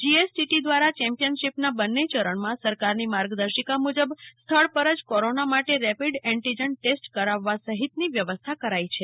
GSTT દ્રારા ચેમ્પિયનશિપના બંને ચરણમાં સરકારની માર્ગદર્શિકા મુજબ સ્થળ પર જ કોરોના માટે રેપિડ એન્ટિજેન ટેસ્ટ કરાવવા સહિતની વ્યવસ્થા કરાઈ છે